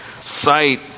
sight